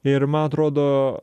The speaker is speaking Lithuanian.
ir man atrodo